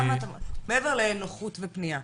מעבר לנוחות ופנייה,